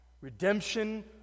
Redemption